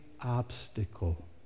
obstacle